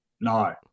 No